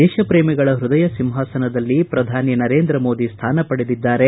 ದೇಶ ಪ್ರೇಮಿಗಳ ಪೃದಯ ಸಿಂಪಾಸನದಲ್ಲಿ ಪ್ರಧಾನಿ ನರೇಂದ್ರ ಮೋದಿ ಸ್ಥಾನ ಪಡೆದಿದ್ದಾರೆ